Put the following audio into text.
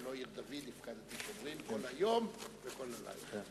ולא עיר דוד, הפקדתי שומרים כל היום וכל הלילה.